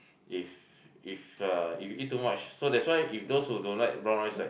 if if uh if you eat too much so that's why if those who don't like brown rice right